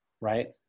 right